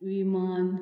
विमान